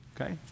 Okay